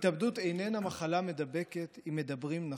התאבדות איננה מחלה מידבקת אם מדברים נכון".